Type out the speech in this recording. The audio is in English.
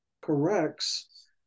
corrects